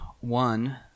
one